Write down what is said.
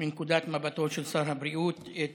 מנקודת מבטו של שר הבריאות את